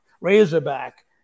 Razorback